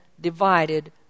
divided